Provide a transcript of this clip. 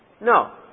No